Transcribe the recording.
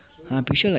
I'm pretty sure like